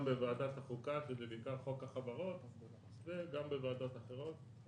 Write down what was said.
גם בוועדת החוקה שזה נקרא חוק החברות וגם בוועדות אחרות.